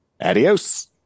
Adios